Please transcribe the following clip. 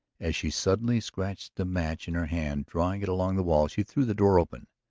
as she suddenly scratched the match in her hand, drawing it along the wall, she threw the door open.